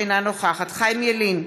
אינה נוכחת חיים ילין,